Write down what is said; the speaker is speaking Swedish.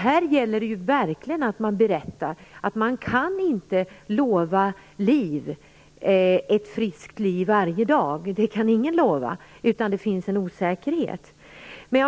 Här gäller det verkligen att berätta att man inte kan lova ett friskt liv, det kan ingen lova, utan det finns en osäkerhet.